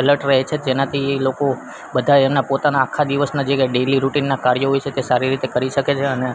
alert રહે છે જેનાથી લોકો બધાય એમના પોતાના આખા દિવસના જે કાંઈ ડેઈલિ રૂટીનના કાર્ય હોય છે તે સારી રીતે કરી શકે છે અને